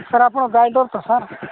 sir ଆପଣ driver ତ sir